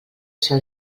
ser